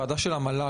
ועדה של המל"ג,